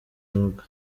mwuga